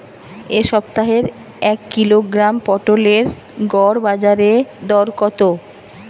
এ সপ্তাহের এক কিলোগ্রাম পটলের গড় বাজারে দর কত?